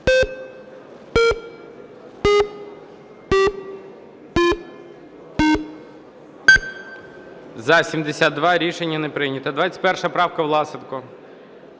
За-72 Рішення не прийнято. 21 правка, Власенко.